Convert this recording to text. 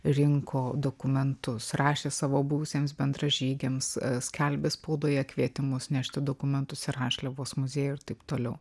rinko dokumentus rašė savo buvusiems bendražygiams skelbė spaudoje kvietimus nešti dokumentus į rašliavos muziejų ir taip toliau